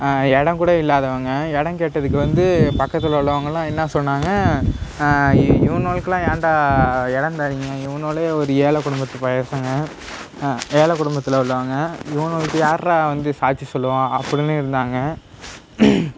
இடம் கூட இல்லாதவங்க இடம் கேட்டதுக்கு வந்து பக்கத்தில் உள்ளவங்கெல்லாம் என்ன சொன்னாங்க இவனொளுக்கலாம் ஏன்டா இடம் தர்றீங்க இவுனொளே ஒரு ஏழை குடும்பத்தில் உள்ளவங்க இவுனொளுக்கு யார்டா வந்து சாட்சி சொல்லுவா அப்படினு இருந்தாங்க